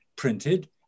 printed